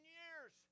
years